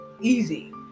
easy